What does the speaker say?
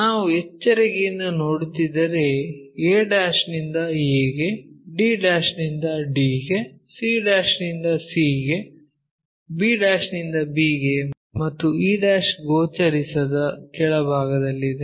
ನಾವು ಎಚ್ಚರಿಕೆಯಿಂದ ನೋಡುತ್ತಿದ್ದರೆ a ನಿಂದ a ಗೆ d ನಿಂದ d ಗೆ c ನಿಂದ c ಗೆ b ನಿಂದ b ಗೆ ಮತ್ತು e ಗೋಚರಿಸದ ಕೆಳಭಾಗದಲ್ಲಿದೆ